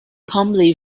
calmly